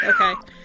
Okay